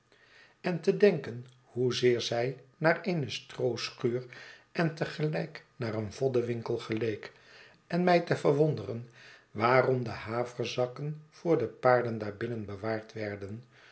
en te denken hoezeer zij naar eene strooschuur en te gelijk naar een voddenwinkei geleek en mij te verwonderen waarom de haverzakken voor de paarden daarbinnen bewaard werden